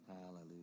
Hallelujah